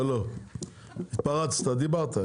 לא, לא, התפרצת, דיברת.